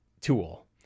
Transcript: tool